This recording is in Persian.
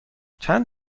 چند